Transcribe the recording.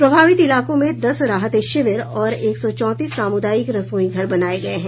प्रभावित इलाकों में दस राहत शिविर और एक सौ चौंतीस सामुदायिक रसोई घर बनाये गये हैं